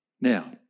Now